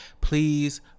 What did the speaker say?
please